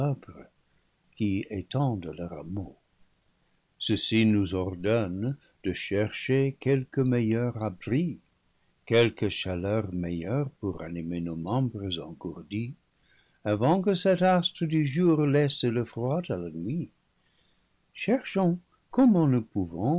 le paradis perdu meaux ceci nous ordonne de chercher quelque meilleur abri quelque chaleur meilleure pour ranimer nos membres engourdis avant que cet astre du jour laisse le froid à la nuit cherchons comment nous pouvons